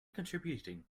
contributing